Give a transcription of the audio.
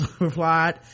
replied